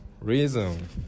reason